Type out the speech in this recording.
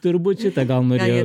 turbūt šitą gal norėjo